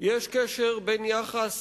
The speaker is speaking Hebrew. בין יחס